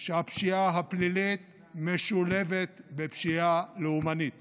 שהפשיעה הפלילית משולבת בפשיעה לאומנית